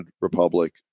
republic